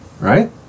right